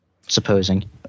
supposing